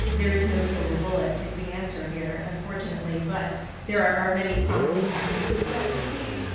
there is no silver bullet is the answer here, unfortunately. but there are many promising practices that we see.